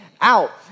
out